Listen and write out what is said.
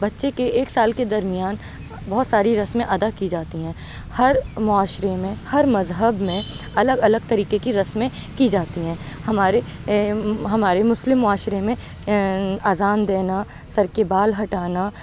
بچے کے ایک سال کے درمیان بہت ساری رسمیں ادا کی جاتی ہیں ہر معاشرے میں ہر مذہب میں الگ الگ طریقے کی رسمیں کی جاتی ہیں ہمارے ہمارے مسلم معاشرے میں اذان دینا سر کے بال ہٹانا